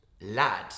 lad